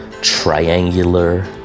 triangular